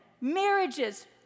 marriages